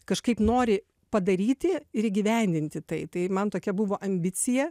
kažkaip nori padaryti ir įgyvendinti tai tai man tokia buvo ambicija